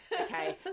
Okay